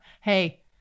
Hey